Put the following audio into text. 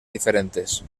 diferentes